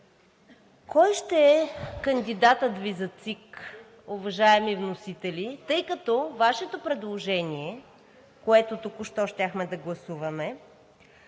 кой ще е кандидатът Ви за ЦИК, уважаеми вносители, тъй като Вашето предложение, което току-що щяхме да гласуваме,